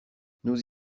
nous